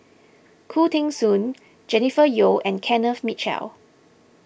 Khoo Teng Soon Jennifer Yeo and Kenneth Mitchell